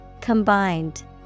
Combined